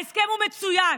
ההסכם מצוין.